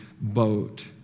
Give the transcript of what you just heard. boat